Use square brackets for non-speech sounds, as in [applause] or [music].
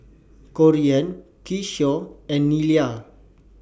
[noise] Corean Keyshawn and Nyla